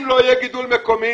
אם לא יהיה גידול מקומי.